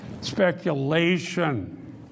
speculation